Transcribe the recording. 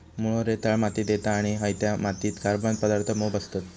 मुळो रेताळ मातीत येता आणि हयत्या मातीत कार्बन पदार्थ मोप असतत